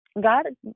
God